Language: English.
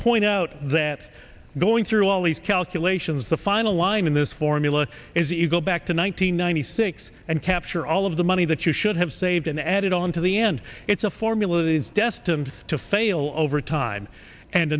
point out that going through all these calculations the final line in this formula is that you go back to one nine hundred ninety six and capture all of the money that you should have saved and added on to the end it's a formula that is destined to fail over time and